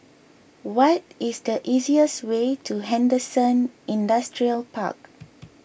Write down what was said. what is the easiest way to Henderson Industrial Park